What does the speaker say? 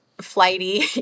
flighty